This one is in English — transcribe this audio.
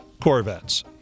Corvettes